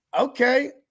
okay